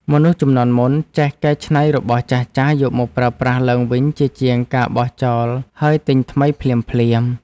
មនុស្សជំនាន់មុនចេះកែច្នៃរបស់ចាស់ៗយកមកប្រើប្រាស់ឡើងវិញជាជាងការបោះចោលហើយទិញថ្មីភ្លាមៗ។